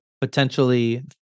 potentially